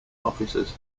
officers